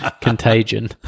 Contagion